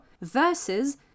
versus